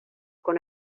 con